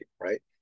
right